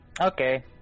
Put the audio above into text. Okay